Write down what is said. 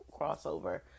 crossover